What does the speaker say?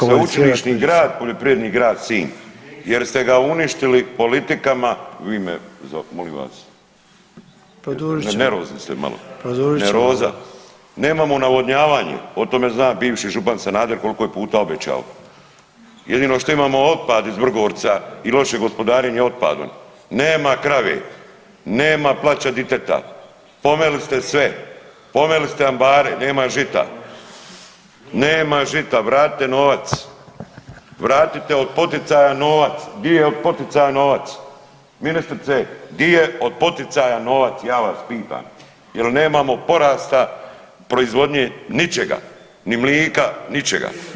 Bit će sveučilišni grad poljoprivredni grad Sinj jer ste ga uništili politikama, vi me molim vas [[Upadica: Produžit ćemo]] nervozni ste malo, neuroza [[Upadica: Produžit ćemo]] , nemamo navodnjavanje, o tome zna bivši župan Sanader koliko je puta obećao, jedino što imamo otpad iz Vrgorca i loše gospodarenje otpadom, nema krave, nema plača diteta, pomeli ste sve, pomeli ste ambare, nema žita, nema žita vratite novac, vratite od poticaja novac, di je od poticaja novac, ministrice di je od poticaja novac ja vas pitam jel nemamo porasta proizvodnje, ničega, ni mlika, ničega.